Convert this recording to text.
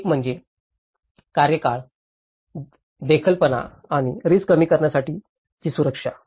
एक म्हणजे कार्यकाळ बेदखलपणा आणि रिस्क कमी करण्याची सुरक्षा